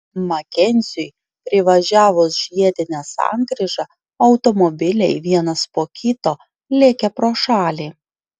makenziui privažiavus žiedinę sankryžą automobiliai vienas po kito lėkė pro šalį